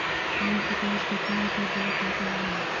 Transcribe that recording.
Loan के ब्याज कितना रुपैया देबे के होतइ हर महिना?